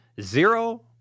zero